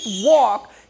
walk